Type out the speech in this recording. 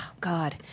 God